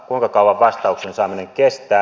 kuinka kauan vastauksen saaminen kestää